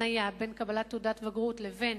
התניה בין קבלת תעודת בגרות לבין